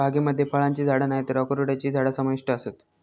बागेमध्ये फळांची झाडा नायतर अक्रोडची झाडा समाविष्ट आसत